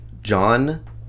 John